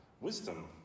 wisdom